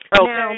Okay